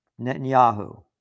Netanyahu